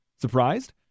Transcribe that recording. Surprised